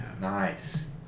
Nice